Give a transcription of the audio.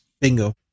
bingo